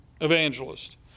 evangelist